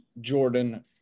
Jordan